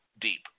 deep